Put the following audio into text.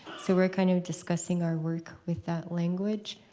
so we're kind of discussing our work with that language.